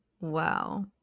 Wow